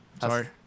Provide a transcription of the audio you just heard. sorry